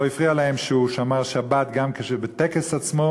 לא הפריע להם שהוא שמר שבת גם בטקס עצמו